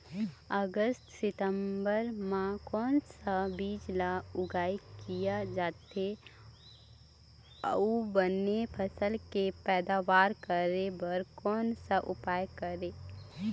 अगस्त सितंबर म कोन सा बीज ला उगाई किया जाथे, अऊ बने फसल के पैदावर करें बर कोन सा उपाय करें?